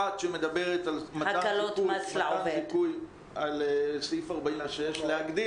אחת שמדברת על מתן זיכוי על סעיף 46. להגדיל